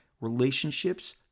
relationships